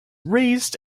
raised